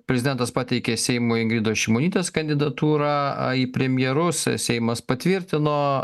prezidentas pateikė seimui ingridos šimonytės kandidatūrą į premjerus seimas patvirtino